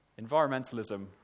Environmentalism